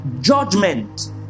Judgment